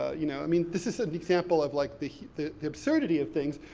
you know, i mean, this is an example of, like, the the absurdity of things.